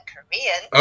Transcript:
Korean